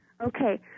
Okay